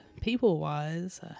people-wise